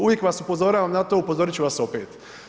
Uvijek vas upozoravam na to, upozorit ću vas opet.